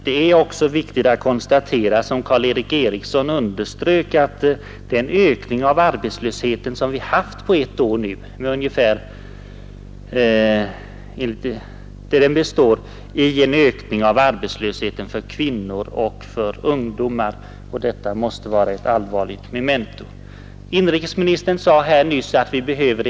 Det är också viktigt att konstatera, vilket herr Eriksson i Arvika underströk, att hela den ökning av arbetslösheten som vi haft på ett år består i en ökning av arbetslösheten för kvinnor och för ungdomar. Detta måste vara ett allvarligt memento, ett bjudande krav att göra mycket för dessa hårt drabbade grupper.